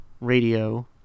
radio